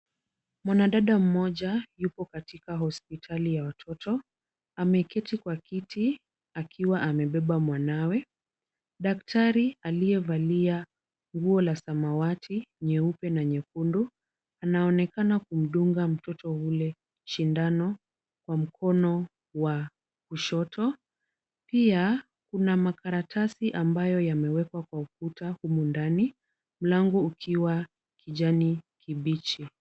Mwanadada mmoja yuko katika hospitali ya watoto, ameketi kwa kiti akiwa amebeba mwanawe. Daktari aliyevalia nguo la samawati, nyeupe na nyekundu. Anaonekana kumdunga mtoto ule sindano, kwa mkono wa kushoto. Pia kuna makaratasi ambayo yamewekwa kwa ukuta humu ndani, mlango ukiwa kijani kibichi.